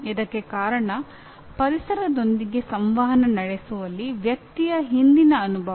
ಇದಕ್ಕೆ ಕಾರಣ ಪರಿಸರದೊಂದಿಗೆ ಸಂವಹನ ನಡೆಸುವಲ್ಲಿ ವ್ಯಕ್ತಿಯ ಹಿಂದಿನ ಅನುಭವ